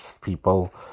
people